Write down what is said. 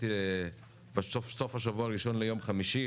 בסוף השבוע הראשון ליום חמישי,